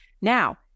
Now